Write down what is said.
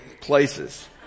places